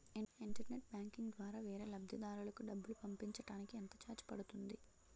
Internet banking ద్వారా వేరే లబ్ధిదారులకు డబ్బులు పంపించటానికి ఎంత ఛార్జ్ పడుతుంది?